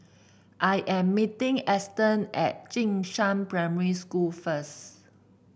I am meeting Eston at Jing Shan Primary School first